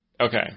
Okay